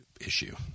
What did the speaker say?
issue